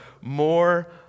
more